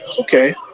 okay